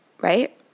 right